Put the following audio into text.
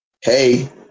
hey